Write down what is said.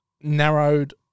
narrowed